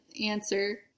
answer